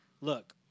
look